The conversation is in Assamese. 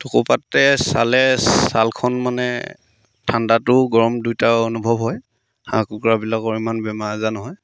টকৌপাতে চালে ছালখন মানে ঠাণ্ডাটো গৰম দুয়োটা অনুভৱ হয় হাঁহ কুকুৰাবিলাকৰ ইমান বেমাৰ আজাৰ নহয়